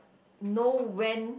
no when